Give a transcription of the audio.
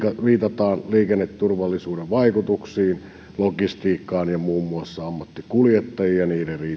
viitataan liikenneturvallisuusvaikutuksiin logistiikkaan ja muun muassa ammattikuljettajien riittävyyteen